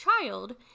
child